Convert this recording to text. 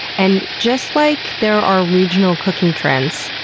and just like there are regional cooking trends,